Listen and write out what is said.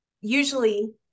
usually